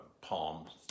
palms